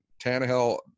Tannehill